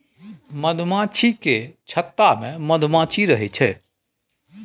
मधुमाछी केर छत्ता मे मधुमाछी रहइ छै